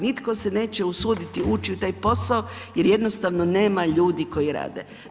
Nitko se neće usuditi ući u taj posao, jer jednostavno nema ljudi koji rade.